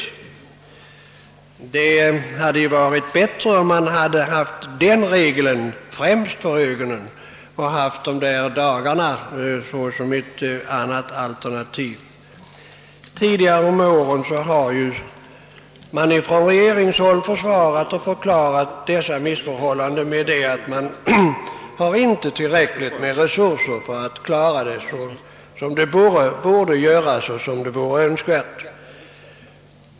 Det hade varit bättre om man hade haft denna regel främst för ögonen och sett dessa dagar såsom ett sista alternativ. Tidigare om åren har man från regeringshåll försvarat och förklarat dessa missförhållanden med att man inte har tillräckliga resurser för att sköta propositionsavlämnandet som det vore önskvärt.